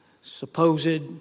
supposed